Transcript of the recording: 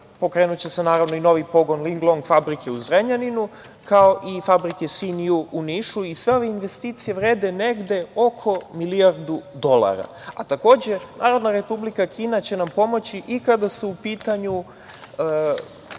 Pokrenuće se, naravno, i novi pogon „Linglong“ fabrike u Zrenjaninu, kao i fabrike „Sinju“ u Nišu. Sve ove investicije vrede negde oko milijardu dolara. Takođe, Narodna Republika Kina će nam pomoći i kada su u pitanju